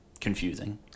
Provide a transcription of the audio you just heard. confusing